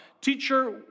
teacher